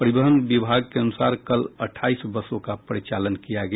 परिवहन विभाग के अनुसार कल अठाईस बसों का परिचालन किया गया